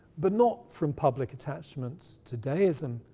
but not from public attachments to deism,